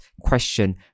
question